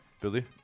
Billy